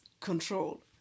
control